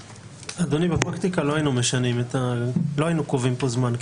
אדוני, בפרקטיקה לא היינו קובעים כאן זמן.